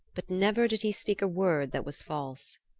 but never did he speak a word that was false.